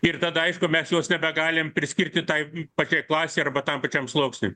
ir tada aišku mes jos nebegalim priskirti tai pačiai klasei arba tam pačiam sluoksniui